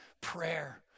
prayer